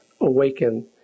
awaken